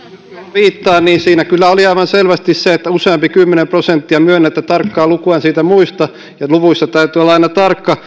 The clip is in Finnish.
viittaan kyllä oli aivan selvästi se että useampi kymmenen prosenttia myönnän että tarkkaa lukua en muista ja luvuissa täytyy olla aina tarkka